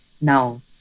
now